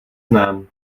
znám